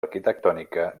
arquitectònica